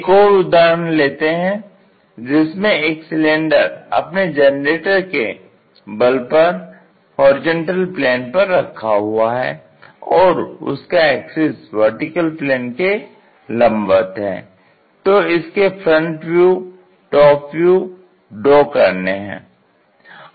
एक और उदाहरण लेते हैं जिसमें एक सिलेंडर अपने जनरेटर के बल पर होरिजेंटल प्लेन पर रखा हुआ है और उसका एक्सिस VP के लंबवत है तो इसके front view top view draw करने हैं